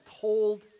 told